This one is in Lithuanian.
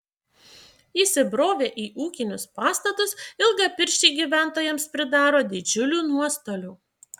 įsibrovę į ūkinius pastatus ilgapirščiai gyventojams pridaro didžiulių nuostolių